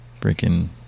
freaking